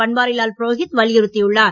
பன்வாரிலால் புரோகித் வலியுறுத்தியுள்ளார்